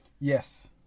Yes